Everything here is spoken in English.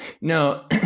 No